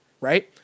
right